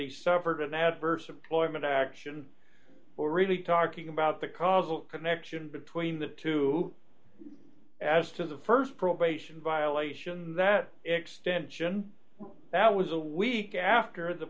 he suffered an adverse floorman action we're really talking about the causal connection between the two as to the st probation violation that extension that was a week after the